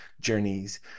journeys